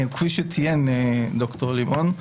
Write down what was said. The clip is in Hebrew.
כפי שציין ד"ר לימון,